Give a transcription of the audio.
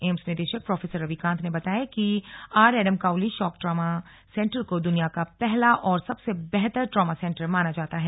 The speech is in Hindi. एम्स निदेशक प्रोफेसर रवि कांत ने बताया कि R Adam Cowley shock trauma centre को दुनिया का पहला और सबसे बेहतर ट्रामा सेंटर माना जाता है